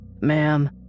Ma'am